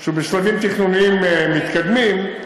שהוא בשלבים תכנוניים מתקדמים,